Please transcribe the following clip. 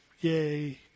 yay